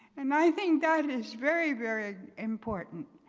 and i think that is very, very important.